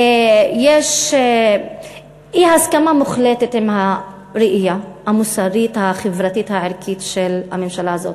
יש אי-הסכמה מוחלטת עם הראייה המוסרית-חברתית-ערכית של הממשלה הזו,